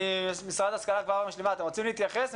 רוצים להתייחס,